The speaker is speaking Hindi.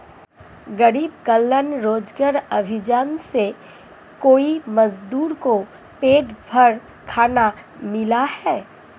गरीब कल्याण रोजगार अभियान से कई मजदूर को पेट भर खाना मिला है